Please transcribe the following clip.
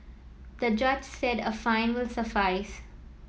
the judge said a fine will suffice